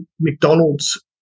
McDonald's